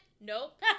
Nope